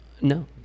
No